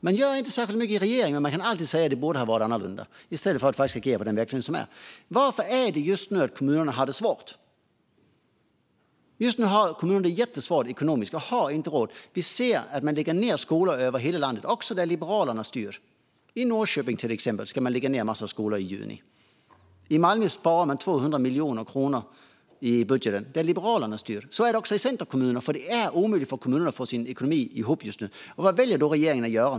Man gör inte särskilt mycket i regeringen, men man kan alltid säga att det borde vara annorlunda i stället för att fokusera på den verklighet vi har. Varför har kommunerna det svårt just nu? De har det jättesvårt ekonomiskt, och de har inte råd. Vi ser att man lägger ned skolor över hela landet, också där Liberalerna är med och styr. I Norrköping, till exempel, ska man lägga ned en massa skolor i juni. I Malmö, där Liberalerna styr, sparar man 200 miljoner kronor i budgeten. Så är det också i centerkommuner, för det är omöjligt för kommuner att få sin ekonomi att gå ihop just nu. Och vad väljer då regeringen att göra?